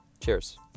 Cheers